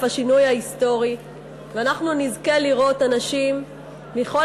השינוי ההיסטורי ואנחנו נזכה לראות אנשים מכל